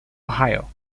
ohio